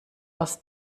aus